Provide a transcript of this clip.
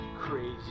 crazy